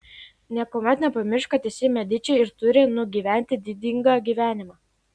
niekuomet nepamiršk kad esi mediči ir turi nugyventi didingą gyvenimą